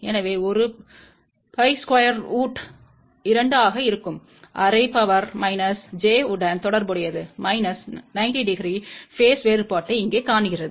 எனவே 1 pi square root 2 ஆக இருக்கும் அரை பவர் மைனஸ் j உடன் தொடர்புடையது மைனஸ் 90 டிகிரி பேஸ் வேறுபாட்டை இங்கே காட்டுகிறது